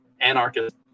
anarchist